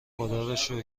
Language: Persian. خداروشکر